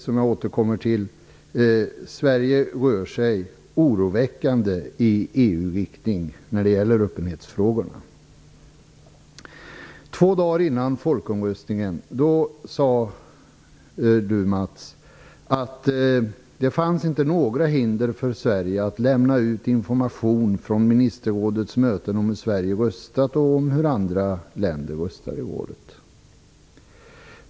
Sverige rör sig oroväckande i EU:s riktning när det gäller frågorna om öppenheten. Hellström att det inte fanns några hinder för Sverige att lämna ut information från ministerrådets möten om hur Sverige röstat och om hur andra länder röstat i rådet.